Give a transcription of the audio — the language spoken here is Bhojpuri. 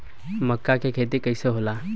मका के खेती कइसे होला?